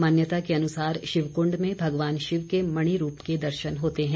मान्यता के अनुसार शिवकुंड में भगवान शिव के मणि रूप के दर्शन होते हैं